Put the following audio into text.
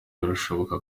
birashoboka